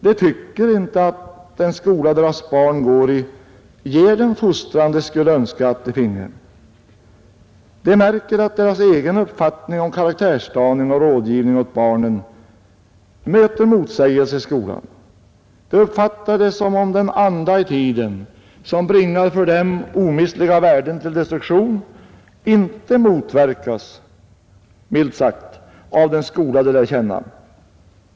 De tycker inte att den skola deras barn går i ger den fostran de skulle önska att barnen finge. De märker att deras uppfattning om karaktärsdaning och rådgivning åt barnen möter motsägelse i skolan. De uppfattar det som om den anda i tiden, som bringar för dem omistliga värden till destruktion, inte motverkas — milt sagt — av den skola de lär känna.